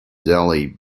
delhi